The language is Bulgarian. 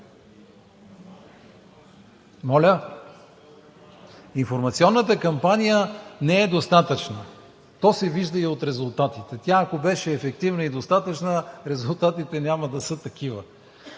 Информационната кампания не е достатъчна, то се вижда и от резултатите. Тя, ако беше ефективна и достатъчна, резултатите нямаше да са такива.